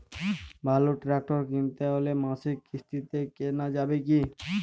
ভালো ট্রাক্টর কিনতে হলে মাসিক কিস্তিতে কেনা যাবে কি?